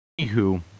Anywho